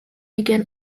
began